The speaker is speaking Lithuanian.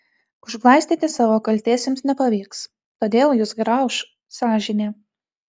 užglaistyti savo kaltės jums nepavyks todėl jus grauš sąžinė